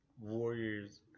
Warriors